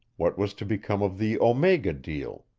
what was to become of the omega deal,